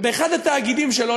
שבאחד התאגידים שלו,